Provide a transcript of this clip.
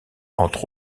entre